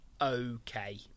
okay